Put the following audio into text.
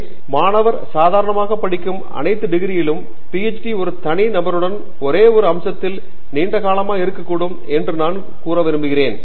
பாணிகுமார் எனவே மாணவர் சாதாரணமாகப் படிக்கும் அனைத்து டிகிரிகளிலும் PhD ஒரு தனி நபருடன் ஒரே ஒரு அம்சத்தில் நீண்ட காலமாக இருக்கக்கூடும் என்று நான் விரும்புகிறேன்